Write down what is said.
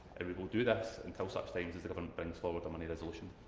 and we will do this until such times as the government brings forward a money resolution.